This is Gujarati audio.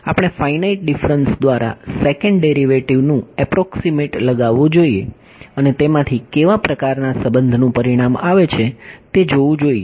આપણે ફાઇનાઇટ ડીફરન્સ દ્વારા સેકન્ડ ડેરિવેટિવનું એપ્રોક્સીમેટ લગાવવું જોઈએ અને તેમાંથી કેવા પ્રકારના સંબંધનું પરિણામ આવે છે તે જોવું જોઈએ